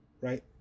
right